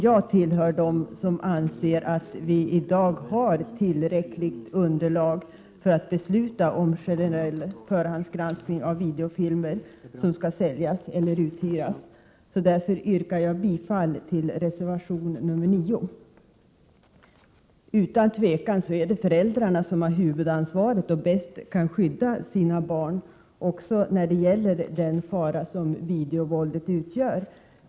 Jag tillhör dem som anser att vi i dag har tillräckligt underlag för att besluta om generell förhandsgranskning av videofilmer som skall säljas eller uthyras. Därför yrkar jag bifall till reservation nr 9. Utan tvivel är det föräldrarna som har huvudansvaret och bäst kan skydda sina barn också när det gäller den fara som videovåldet utgör.